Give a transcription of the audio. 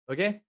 Okay